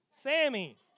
Sammy